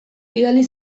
bidali